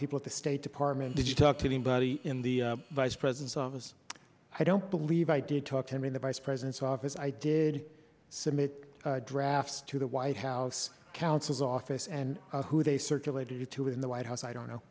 people at the state department did you talk to anybody in the vice president's office i don't believe i did talk to him in the vice president's office i did submit drafts to the white house counsel's office and who they circulated to in the white house i don't know